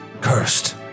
cursed